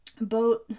boat